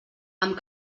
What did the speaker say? amb